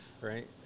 right